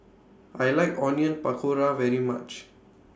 I like Onion Pakora very much